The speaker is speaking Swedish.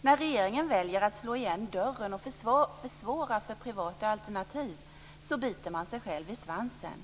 När regeringen väljer att slå igen dörren och försvåra för privata alternativ biter man sig själv i svansen.